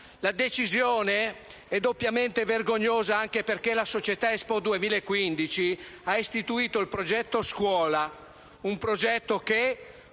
La decisione è doppiamente vergognosa, anche perché la società Expo 2015 ha istituito il "Progetto scuola", un progetto che